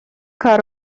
کار